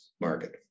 market